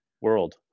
World